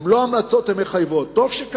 הן לא המלצות, הן מחייבות, טוב שכך.